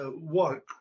work